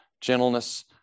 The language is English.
Gentleness